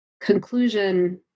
conclusion